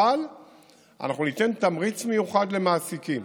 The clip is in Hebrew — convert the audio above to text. אבל אנחנו ניתן תמריץ מיוחד למעסיקים